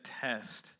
test